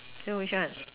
so which one